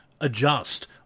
adjust